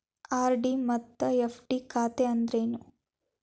RD ಮತ್ತ FD ಖಾತೆ ಅಂದ್ರೇನು